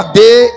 day